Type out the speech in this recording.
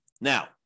Now